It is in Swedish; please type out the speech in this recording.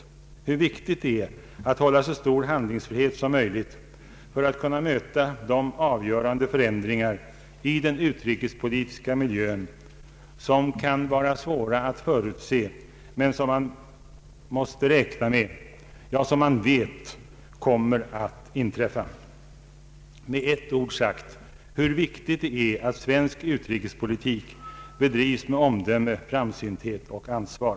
Den visar hur viktigt det är att hålla handlingsfriheten så stor som möjligt för att kunna möta de avgörande förändringar i den utrikespolitiska miljön som kan vara svåra att förutse men som man måste räkna med, ja, som man vet kommer att inträffa. Med ett ord sagt: hur viktigt det är att svensk utrikespolitik bedrivs med omdöme, framsynthet och ansvar.